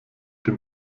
dem